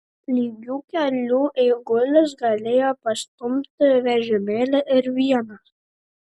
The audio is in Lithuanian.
lygiu keliu eigulys galėjo pastumti vežimėlį ir vienas